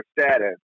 status